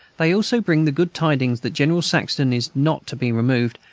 they also bring the good tidings that general saxton is not to be removed,